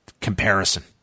comparison